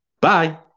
bye